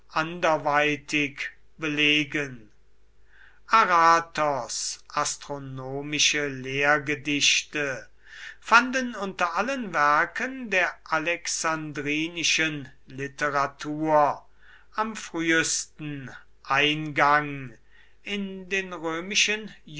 anderweitig belegen aratos astronomische lehrgedichte fanden unter allen werken der alexandrinischen literatur am frühesten eingang in den römischen